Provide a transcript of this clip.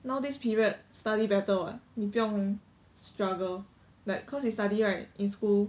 now this period study better [what] 你不用 struggle like cause you study right in school